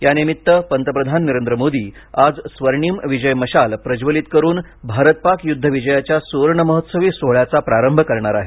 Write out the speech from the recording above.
या निमित्त पंतप्रधान नरेंद्र मोदी आज स्वर्णिम विजय मशाल प्रज्वलित करून भारत पाक युद्ध विजयाच्या सुवर्ण महोत्सवी सोहळ्याचा प्रारंभ करणार आहेत